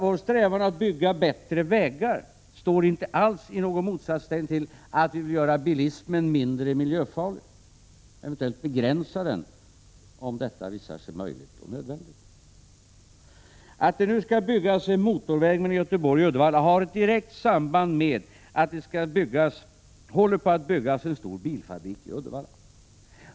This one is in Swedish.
Vår strävan att bygga bättre vägar står inte alls i motsatsställning till att vi vill göra bilismen mindre miljöfarlig, och eventuellt begränsa den om det visar sig möjligt och nödvändigt. Att det nu skall byggas en motorväg mellan Göteborg och Uddevalla har ett direkt samband med att det håller på att byggas en stor bilfabrik i Uddevalla.